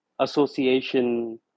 association